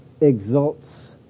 exalts